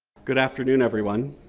good afternoon, everyone.